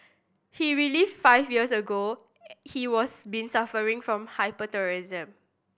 he five years ago he was been suffering from hyperthyroidism